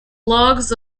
logs